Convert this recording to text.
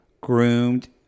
groomed